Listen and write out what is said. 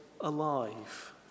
alive